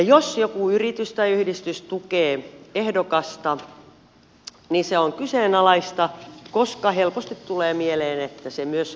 jos joku yritys tai yhdistys tukee ehdokasta niin se on kyseenalaista koska helposti tulee mieleen että se myös